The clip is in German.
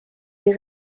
die